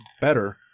better